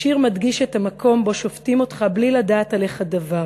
השיר מדגיש את המקום שבו שופטים אותך בלי לדעת עליך דבר.